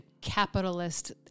capitalist